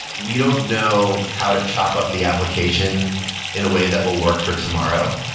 we don't know how to chop up the application in a way that will work for tomorrow.